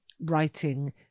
writing